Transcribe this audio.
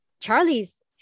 Charlie's